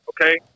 okay